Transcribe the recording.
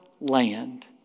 land